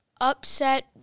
Upset